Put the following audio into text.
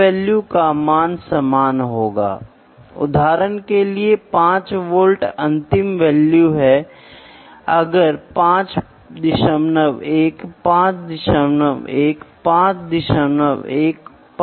मैं इसमें सब कुछ बदल देता हूं और आखिरकार मैं यह कहते हुए रिश्ते के साथ आता हूं कि material removal rate feed speed depth of cut जो कुछ भी है उसके आनुपातिक है और फिर मेरे पास ये वेरिएबल हैं